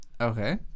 Okay